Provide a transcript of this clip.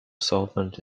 solvent